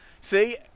See